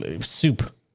soup